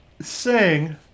sing